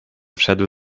wszedł